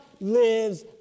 lives